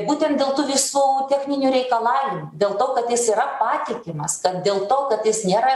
būtent dėl tų visų techninių reikalavimų dėl to kad jis yra patikimas kad dėl to kad jis nėra